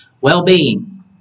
well-being